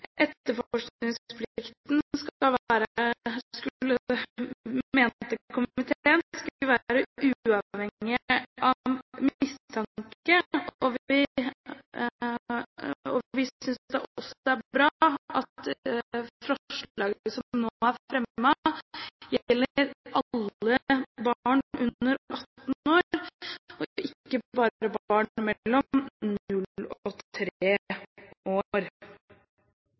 mente komiteen, skulle være uavhengig av mistanke, og vi synes at det også er bra at forslaget som nå er fremmet, gjelder alle barn under 18 år og ikke bare